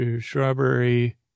strawberry